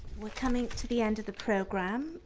we're coming to the end of the program.